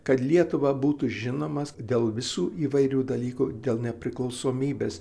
kad lietuva būtų žinomas dėl visų įvairių dalykų dėl nepriklausomybės